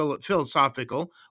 philosophical